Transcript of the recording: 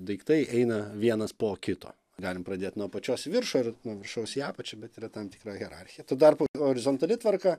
daiktai eina vienas po kito galim pradėt nuo apačios į viršų ar nuo viršaus į apačią bet bet tam tikra hierarchija tuo tarpu horizontali tvarka